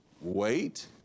wait